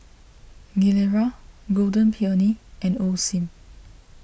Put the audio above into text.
Gilera Golden Peony and Osim